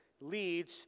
leads